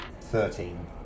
Thirteen